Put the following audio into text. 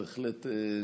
בטוח.